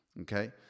okay